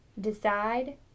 Decide